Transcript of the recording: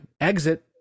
exit